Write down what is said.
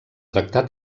tractar